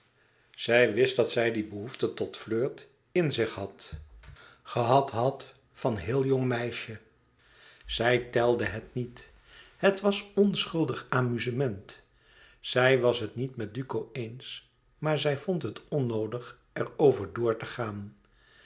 zij wist dat zij die behoefte tot flirt in zich had gehad had van heel jong meisje zij telde het niet het was onschuldig amuzement zij was het niet met duco eens maar zij vond het onnoodig er over door te gaan